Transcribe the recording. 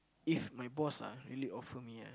if my boss ah really offer me ah